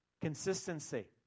Consistency